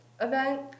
event